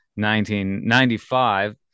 1995